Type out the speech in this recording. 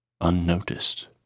unnoticed